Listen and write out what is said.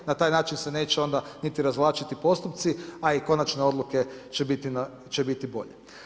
Na taj način se neće onda niti razvlačiti postupci, a i konačne odluke će biti bolje.